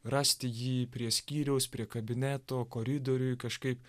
rasti jį prie skyriaus prie kabineto koridoriuj kažkaip